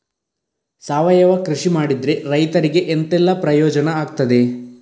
ಸಾವಯವ ಕೃಷಿ ಮಾಡಿದ್ರೆ ರೈತರಿಗೆ ಎಂತೆಲ್ಲ ಪ್ರಯೋಜನ ಆಗ್ತದೆ?